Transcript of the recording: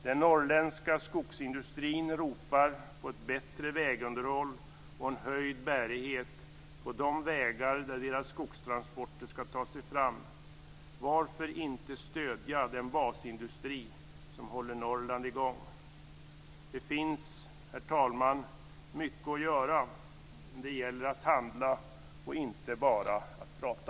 Den norrländska skogsindustrin ropar på ett bättre vägunderhåll och en höjd bärighet på de vägar där deras skogstransporter skall ta sig fram. Varför inte stödja den basindustri som håller Norrland i gång? Det finns, herr talman, mycket att göra. Det gäller att handla och inte bara att prata.